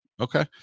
Okay